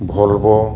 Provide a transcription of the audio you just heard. Volvo